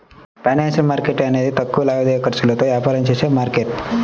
financial market అనేది తక్కువ లావాదేవీ ఖర్చులతో వ్యాపారం చేసే మార్కెట్